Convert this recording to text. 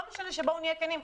בואו נהיה כנים,